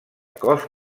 cos